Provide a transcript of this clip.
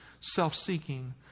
self-seeking